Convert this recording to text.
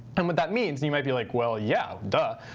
and what that means, and you might be like, well yeah, duh.